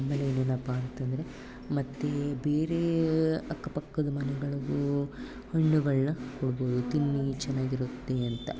ಆಮೇಲೆ ಇನ್ನೇನಪ್ಪಾ ಅಂತಂದರೆ ಮತ್ತೆ ಬೇರೆ ಅಕ್ಕ ಪಕ್ಕದ ಮನೆಗಳಿಗೂ ಹಣ್ಣುಗಳ್ನ ಕೊಡ್ಬೌದು ತಿನ್ನಿ ಚೆನ್ನಾಗಿರುತ್ತೆ ಅಂತ